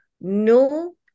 no